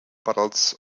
bottles